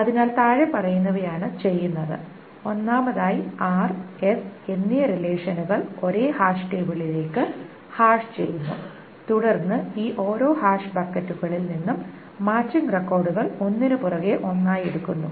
അതിനാൽ താഴെപ്പറയുന്നവയാണ് ചെയ്യുന്നത് ഒന്നാമതായി r s എന്നീ റിലേഷനുകൾ ഒരേ ഹാഷ് ടേബിളിലേക്ക് ഹാഷ് ചെയ്യുന്നു തുടർന്ന് ഈ ഓരോ ഹാഷ് ബക്കറ്റുകളിൽ നിന്നും മാച്ചിങ് റെക്കോർഡുകൾ ഒന്നിനുപുറകെ ഒന്നായി എടുക്കുന്നു